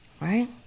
right